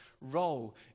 role